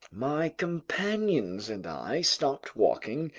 my companions and i stopped walking,